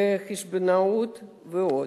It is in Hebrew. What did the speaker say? חשבונאות ועוד.